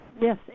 Yes